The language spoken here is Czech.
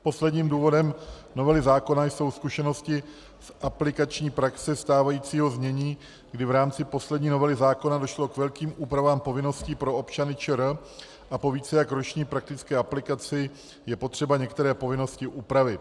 Posledním důvodem novely zákona jsou zkušenosti z aplikační praxe stávajícího znění, kdy v rámci poslední novely zákona došlo k velkým úpravám povinností pro občany ČR a po více jak roční praktické aplikaci je potřeba některé povinnosti upravit.